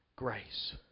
grace